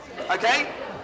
okay